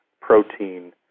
protein